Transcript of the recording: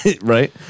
Right